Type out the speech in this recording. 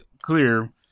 clear